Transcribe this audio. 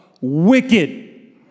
wicked